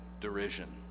derision